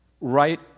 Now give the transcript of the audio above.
right